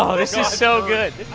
ah this is so good.